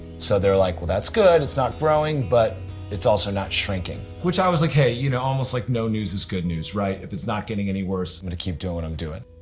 so they're like well that's good it's not growing, but it's also not shrinking. which i was like hey, you know almost like no news is good news right? if it's not getting any worse i'm gonna keep doing what i'm doing.